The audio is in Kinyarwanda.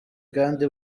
kandi